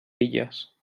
filles